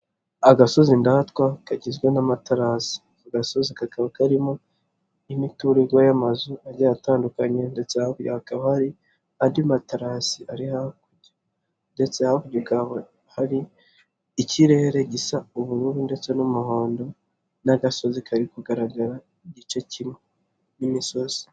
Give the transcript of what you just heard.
Agasozi ndatwa kagizwe n'amatarasi, agasozi kakaba karimo'imiturirwa y'amazu ajya atandukanye ndetse hakaba hari andi materasi ari hakurya ndetse hari ikirere gisa ubururu ndetse n'umuhondo n'agasozi kari kugaragara igice cyimwe n'imisozi.